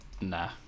Nah